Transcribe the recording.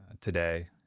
today